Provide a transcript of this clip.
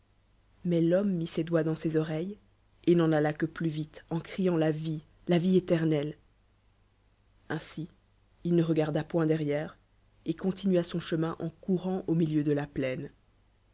mllis rllomme mit ses doigts dans ses oreilles et u cil alla que plus vite en cr ant la vie la vie éternelle ainsi il ne regarda point derrière et continna son chemin en courant au milieu de la plaine